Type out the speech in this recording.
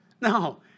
No